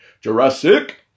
Jurassic